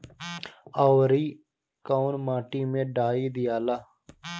औवरी कौन माटी मे डाई दियाला?